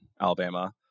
Alabama